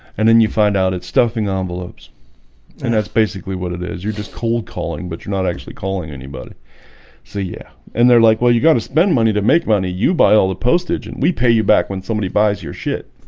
and then you find out it's stuffing ah envelopes and that's basically what it is. you're just cold calling, but you're not actually calling anybody see yeah, and they're like well you got to spend money to make money you buy all the postage and we pay you back when somebody buys your shit